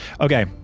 okay